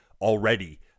already